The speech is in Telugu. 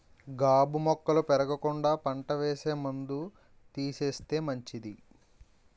గాబు మొక్కలు పెరగకుండా పంట వేసే ముందు తీసేస్తే మంచిది